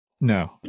No